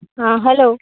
आं हॅलो